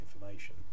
information